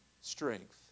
strength